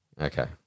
Okay